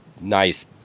nice